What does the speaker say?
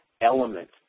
element